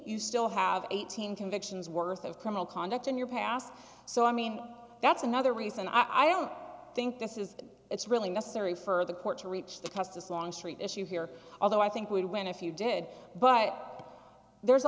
you still have eighteen convictions worth of criminal conduct in your past so i mean that's another reason i don't think this is it's really necessary for the court to reach the custis longstreet issue here although i think we'd win if you did but there's a